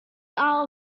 our